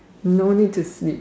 no need to sleep